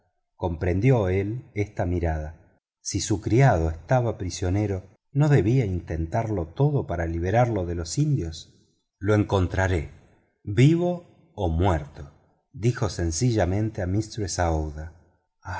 comprendió él esta mirada si su criado estaba prisionero no debía intentarlo todo para librarlo de los indios lo encontraré vivo o muerto dijo sencillamente a mistress aouida